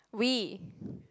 we